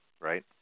right